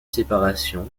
séparation